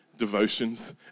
devotions